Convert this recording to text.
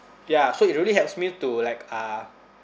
ya so it really helps me to like uh